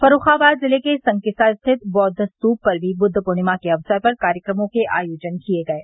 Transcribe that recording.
फर्रूखाबाद जिले के संकिसा स्थित बौद्व स्तूप पर भी बुद्द पूर्णिमा के अवसर पर कार्यक्रमों के आयोजन किये गये